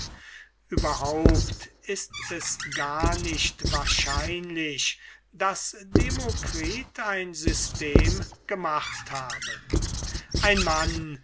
überhaupt ist es gar nicht wahrscheinlich daß demokritus ein system gemacht habe ein mann